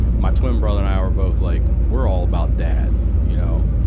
my twin brother and i were both like, we're all about dad. you know,